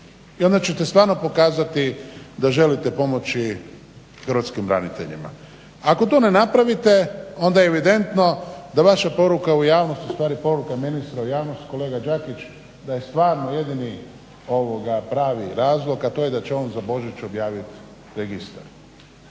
i onda ćete stvarno pokazati da želite pomoći hrvatskim braniteljima. Ako to ne napravite onda je evidentno da vaša poruka u javnosti, ustvari poruka ministra u javnosti kolega Đakić da je stvarno jedini pravi razlog, a to je da će on za Božić objavit registar.